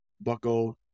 Buckle